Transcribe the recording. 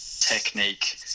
technique